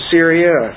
Syria